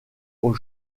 aux